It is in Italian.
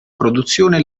produzione